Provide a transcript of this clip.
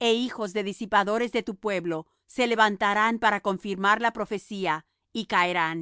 é hijos de disipadores de tu pueblo se levantarán para confirmar la profecía y caerán